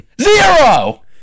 Zero